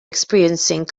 experiencing